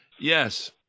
Yes